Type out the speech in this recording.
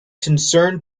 concerned